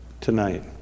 tonight